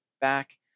back